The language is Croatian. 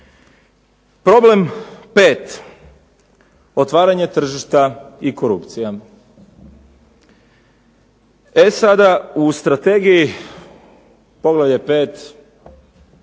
Problem pet, otvaranje tržišta i korupcija. E sada u strategiji Povelje 5.